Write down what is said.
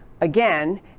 again